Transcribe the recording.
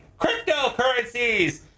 Cryptocurrencies